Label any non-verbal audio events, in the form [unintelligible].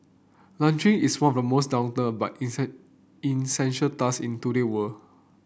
laundry is one of the most daunted but [unintelligible] essential task in today world